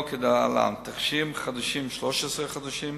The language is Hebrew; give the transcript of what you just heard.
הינו כדלהלן: תכשירים חדשים, 13 חודשים,